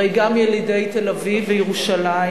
הרי גם ילידי תל-אביב וירושלים,